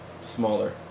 smaller